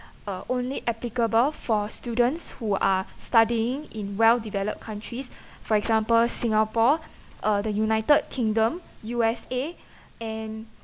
uh only applicable for students who are studying in well developed countries for example singapore uh the united kingdom U_S_A and